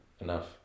enough